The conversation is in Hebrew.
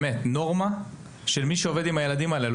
באמת נורמה של מי שעובד עם הילדים האלו,